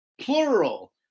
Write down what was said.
plural